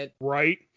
Right